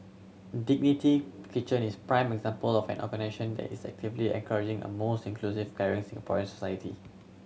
Dignity Kitchen is a prime example of an organisation that is actively encouraging a more inclusive caring Singaporean society